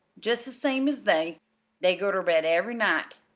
jest the same as they they go ter bed ev'ry night,